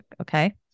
Okay